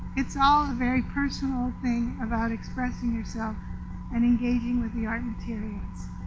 it's all very personal thing about expressing yourself and engaging with the art materials.